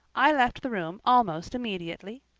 i left the room almost immediately.